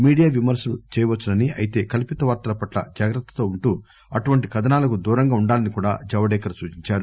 media విమర్పలు చేయవచ్సునని అయితే కల్పిత వార్తల పట్ల జాగ్రత్తతో ఉంటూ అటువంటి కథనాలకు దూరంగా ఉండాలని కూడా జవదేకర్ సూచించారు